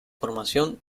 formación